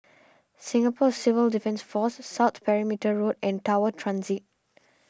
Singapore Civil Defence force South Perimeter Road and Tower Transit